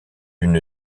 une